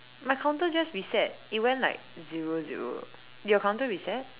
my counter just reset it went like zero zero did your counter reset